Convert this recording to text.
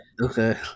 Okay